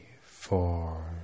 four